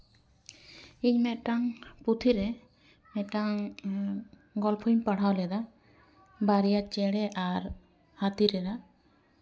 ᱤᱧ ᱢᱤᱫᱴᱟᱝ ᱯᱩᱛᱷᱤ ᱨᱮ ᱸᱤᱫᱴᱟᱝ ᱜᱚᱞᱯᱷᱚᱧ ᱯᱟᱲᱦᱟᱣ ᱞᱮᱫᱟ ᱵᱟᱨᱭᱟ ᱪᱮᱬᱮ ᱟᱨ ᱦᱟᱛᱤ ᱨᱮᱱᱟᱜ